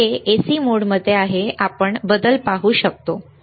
हे AC मोडमध्ये आहे आपण बदल पाहू शकतो बरोबर